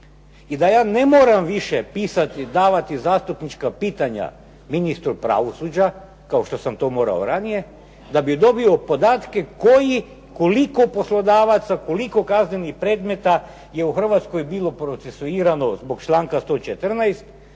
I da ja ne moram više pisati, davati zastupnička pitanja ministru pravosuđa, kao što sam to morao ranije da bi dobio podatke koji koliko poslodavaca, koliko kaznenih predmeta je u Hrvatskoj bilo procesuirano zbog članka 114.?